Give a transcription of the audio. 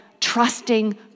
trusting